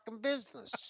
business